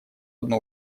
одну